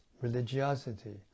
religiosity